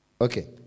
okay